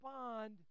Respond